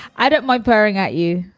i don't my purring at you.